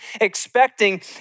expecting